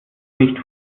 nicht